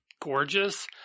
gorgeous